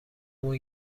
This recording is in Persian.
مون